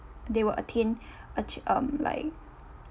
they will attain a ch~ um like